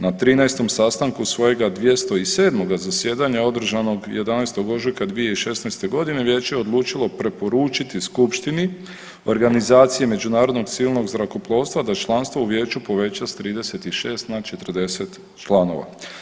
Na 13 sastanku svojega 207 zajedanja održanog 11. ožujka 2016. godine vijeće je odlučilo preporučiti skupštini Organizaciji međunarodnog civilnog zrakoplovstva da članstvo u vijeću poveća s 36 na 40 članova.